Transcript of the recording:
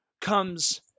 comes